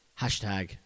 hashtag